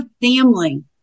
family